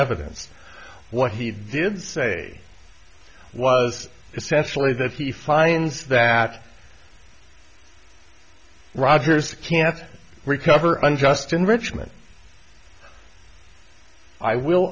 evidence what he did say was essentially that he finds that rogers can recover unjust enrichment i will